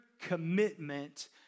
commitment